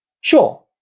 Sure